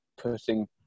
putting